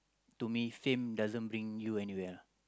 to me fame doesn't bring anywhere lah